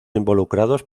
involucrados